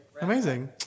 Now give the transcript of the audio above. Amazing